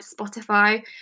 spotify